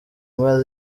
moya